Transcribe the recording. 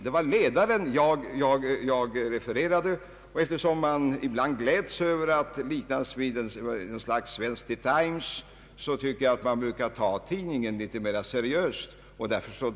Det var ledaren jag refererade, och eftersom tidningen ibland gläds åt att kallas en svensk »The Times» förklarar detta varför vi ser tidningen som en ganska seriös produkt. Detta bör ju också kännas förpliktande.